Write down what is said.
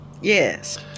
Yes